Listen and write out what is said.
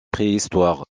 préhistoire